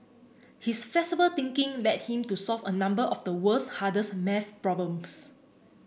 his flexible thinking led him to solve a number of the world's hardest math problems